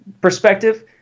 perspective